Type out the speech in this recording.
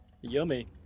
Yummy